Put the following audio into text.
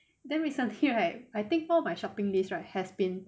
then recently right I think more of my shopping days right has been